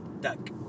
Duck